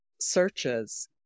searches